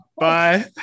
Bye